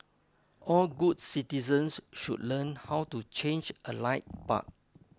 all good citizens should learn how to change a light bulb